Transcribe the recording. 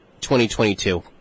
2022